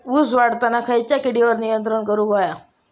ऊस वाढताना खयच्या किडींवर नियंत्रण करुक व्हया?